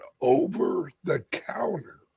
over-the-counter